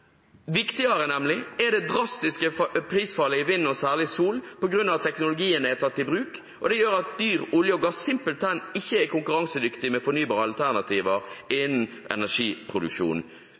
er det drastiske prisfallet i vind, og særlig sol, på grunn av at teknologien er tatt i bruk, og det gjør at dyr olje og gass simpelthen ikke er konkurransedyktig med fornybare alternativer innen energiproduksjon.